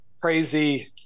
crazy